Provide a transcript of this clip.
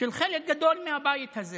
של חלק גדול מהבית הזה